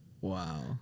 Wow